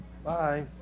Bye